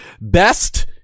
best